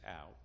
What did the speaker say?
out